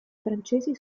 francesi